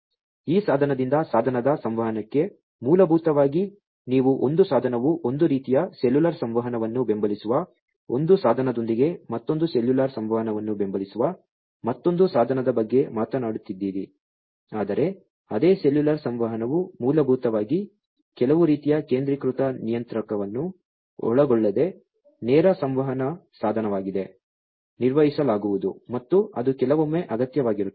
ಈ ಸಾಧನದಿಂದ ಸಾಧನದ ಸಂವಹನಕ್ಕೆ ಮೂಲಭೂತವಾಗಿ ನೀವು ಒಂದು ಸಾಧನವು ಒಂದು ರೀತಿಯ ಸೆಲ್ಯುಲಾರ್ ಸಂವಹನವನ್ನು ಬೆಂಬಲಿಸುವ ಒಂದು ಸಾಧನದೊಂದಿಗೆ ಮತ್ತೊಂದು ಸೆಲ್ಯುಲಾರ್ ಸಂವಹನವನ್ನು ಬೆಂಬಲಿಸುವ ಮತ್ತೊಂದು ಸಾಧನದ ಬಗ್ಗೆ ಮಾತನಾಡುತ್ತಿದ್ದೀರಿ ಆದರೆ ಅದೇ ಸೆಲ್ಯುಲಾರ್ ಸಂವಹನವು ಮೂಲಭೂತವಾಗಿ ಕೆಲವು ರೀತಿಯ ಕೇಂದ್ರೀಕೃತ ನಿಯಂತ್ರಕವನ್ನು ಒಳಗೊಳ್ಳದೆ ನೇರ ಸಂವಹನ ಸಾಧನವಾಗಿದೆ ನಿರ್ವಹಿಸಲಾಗುವುದು ಮತ್ತು ಅದು ಕೆಲವೊಮ್ಮೆ ಅಗತ್ಯವಾಗಿರುತ್ತದೆ